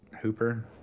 Hooper